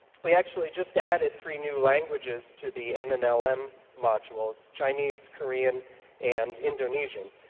we actually just added three new languages to the nnlm um modules, chinese, korean and indonesian,